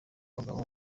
abagabo